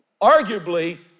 arguably